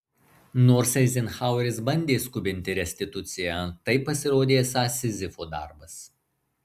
nors eizenhaueris bandė skubinti restituciją tai pasirodė esąs sizifo darbas